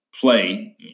play